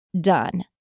done